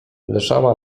leżała